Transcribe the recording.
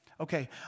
Okay